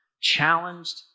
challenged